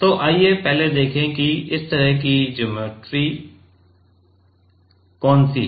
तो आइए पहले देखें कि इस तरह की ज्योमेट्री कौन सी है